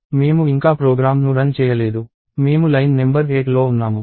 మేము ఇంకా ప్రోగ్రామ్ను రన్ చేయలేదు మేము లైన్ నెంబర్ 8లో ఉన్నాము